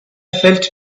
felt